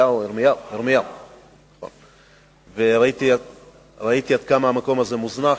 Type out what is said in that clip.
אליהו, וראיתי עד כמה המקום הזה מוזנח.